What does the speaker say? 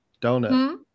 donut